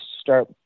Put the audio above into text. start